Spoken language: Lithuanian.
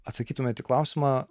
atsakytumėt į klausimą